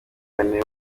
kane